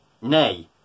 Nay